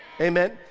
Amen